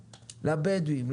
לבדואים,